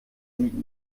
sie